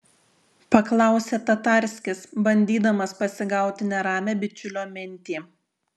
paklausė tatarskis bandydamas pasigauti neramią bičiulio mintį